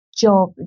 job